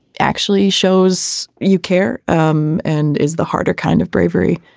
actually shows you care um and is the harder kind of bravery.